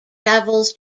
travels